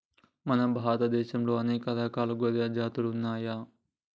మన భారత దేశంలా అనేక రకాల గొర్రెల జాతులు ఉన్నయ్యి